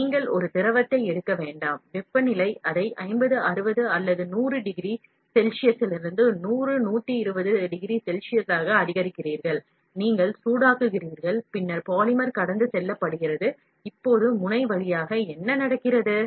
நீங்கள் வெப்பநிலையை 50 60 100 120 டிகிரி செல்சியஸாக அதிகரிக்கிறீர்கள் நீங்கள் சூடாக்குகிறீர்கள் பின்னர் பாலிமர் கடந்து செல்லப்படுகிறது இப்போது nozzle முனை வழியாக என்ன நடக்கிறது